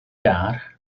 gar